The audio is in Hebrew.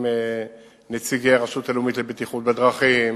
עם נציגי הרשות הלאומית לבטיחות בדרכים,